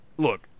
Look